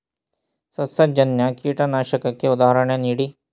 ಸಸ್ಯಜನ್ಯ ಕೀಟನಾಶಕಕ್ಕೆ ಉದಾಹರಣೆ ನೀಡಿ?